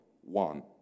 one